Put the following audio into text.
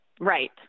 right